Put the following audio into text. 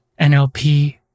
nlp